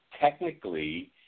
Technically